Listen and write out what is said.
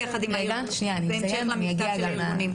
בהמשך למכתב של הארגונים.